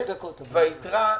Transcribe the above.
והיתרה,